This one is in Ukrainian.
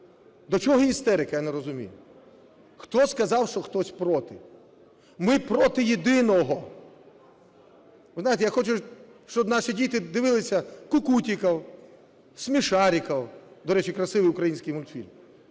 До чого істерика, я не розумію. Хто сказав, що хтось проти? Ми проти єдиного… Ви знаєте, я хочу, щоб наші діти дивилися кукутіків, смішариків (до речі, красивий український мультфільм)